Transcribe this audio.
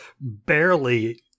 barely